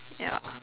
yeah